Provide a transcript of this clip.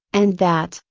and that,